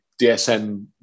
DSM